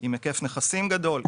עם היקף נכסים גדול,